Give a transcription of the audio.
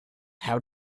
how